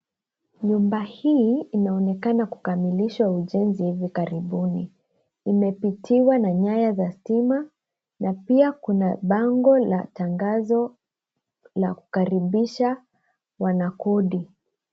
Nyumba hii inaonekana kukamilisha majengo hivi karibuni. Imepitiwa na nyaya za stima, na pia kuna bango la tangazo la kukaribisha wanakodi.